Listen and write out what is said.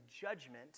judgment